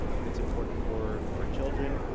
but it's important for our children.